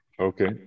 Okay